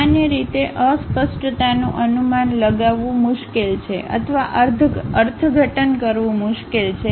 સામાન્ય રીતે અસ્પષ્ટતાનું અનુમાન લગાવવું મુશ્કેલ છે અથવા અર્થઘટન કરવું મુશ્કેલ છે